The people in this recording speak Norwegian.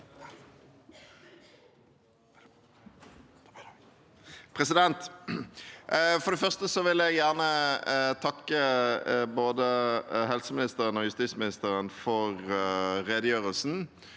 For det første vil jeg gjerne takke både helseministeren og justisministeren for redegjørelsen.